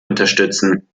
unterstützen